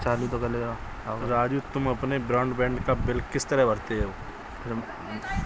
राजू तुम अपने ब्रॉडबैंड का बिल किस तरह भरते हो